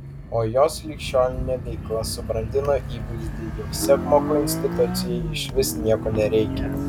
o jos ligšiolinė veikla subrandino įvaizdį jog sekmoko institucijai išvis nieko nereikia